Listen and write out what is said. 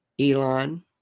Elon